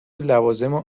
لوازم